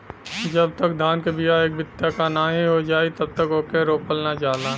जब तक धान के बिया एक बित्ता क नाहीं हो जाई तब तक ओके रोपल ना जाला